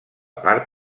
part